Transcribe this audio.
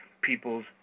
people's